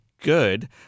good